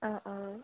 অঁ অঁ